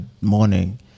morning